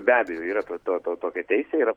be abejo yra to to to tokia teisė yra